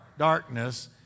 darkness